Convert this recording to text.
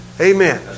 Amen